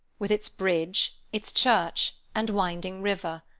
with its bridge, its church, and winding river.